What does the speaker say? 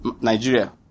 Nigeria